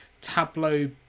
tableau